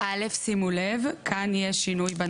שימו לב לשינוי,